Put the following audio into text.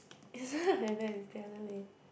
it's not like that it's the other way